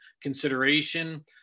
consideration